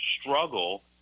struggle